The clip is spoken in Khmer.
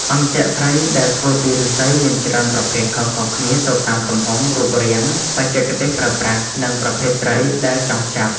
អន្ទាក់ត្រីដែលធ្វើពីឫស្សីមានច្រើនប្រភេទខុសៗគ្នាទៅតាមទំហំ រូបរាង បច្ចេកទេសប្រើប្រាស់ និងប្រភេទត្រីដែលចង់ចាប់។